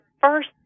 first